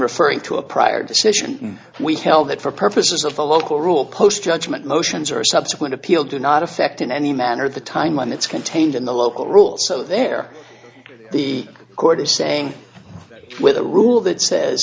referring to a prior decision we held that for purposes of a local rule post judgment motions are subsequent appeal do not affect in any manner the time when it's contained in the local rule so there the court is saying with a rule that says